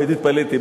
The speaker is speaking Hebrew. התפלאתי,